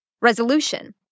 Resolution